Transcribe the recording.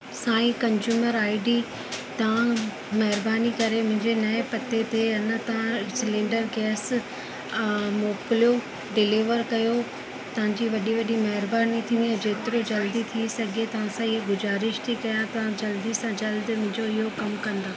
साईं consumer I D था महिरबानी करे मुंहिंजे नएं पते थे आहिनि तव्हां सिलेंडर गैस मोकिलियो डिलीवर कयो तव्हांजी वॾी वॾी महिरबानी थींदी जेतिरो जल्दी थी सघे तव्हां सां हीअं गुज़ारिश थी कयां तव्हां जल्दी सां जल्द मुंहिंजो इहो कमु कंदा